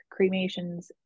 cremations